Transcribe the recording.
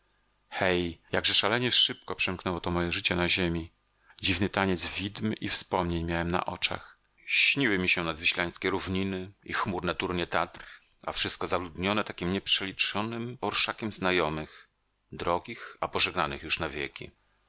hej jakże szalenie szyboszybko przemknęło to moje życie na ziemi dziwny taniec widm i wspomnień miałem na oczach śniły mi się nadwiślańskie równiny i chmurne turnie tatr a wszystko zaludnione takim nieprzeliczonym orszakiem znajomych drogich a pożegnanych już na wieki